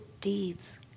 deeds